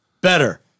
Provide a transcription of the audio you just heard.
better